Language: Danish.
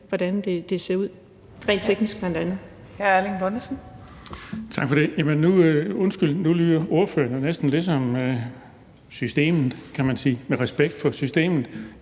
hvordan det ser ud bl.a. rent teknisk.